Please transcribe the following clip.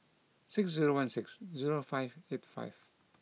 six zero one six zero five eight five